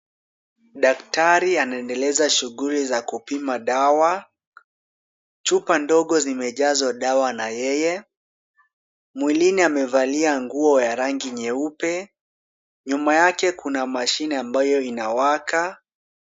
Daktari anaendeleza shughuli za kupima dawa. Chupa ndogo zimejazwa dawa na yeye. Mwilini amevalia nguo ya rangi nyeupe. Nyuma yake kuna mashine ambayo inawaka.